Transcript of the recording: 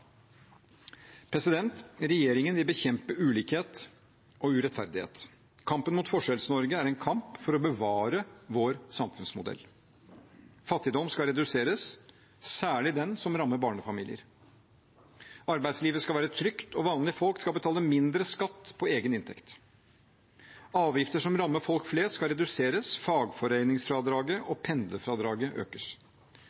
Regjeringen vil bekjempe ulikhet og urettferdighet. Kampen mot Forskjells-Norge er en kamp for å bevare vår samfunnsmodell. Fattigdom skal reduseres, særlig den som rammer barnefamilier. Arbeidslivet skal være trygt, og vanlige folk skal betale mindre skatt på egen inntekt. Avgifter som rammer folk flest, skal reduseres, fagforeningsfradraget og